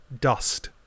dust